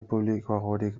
publikoagorik